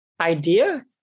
idea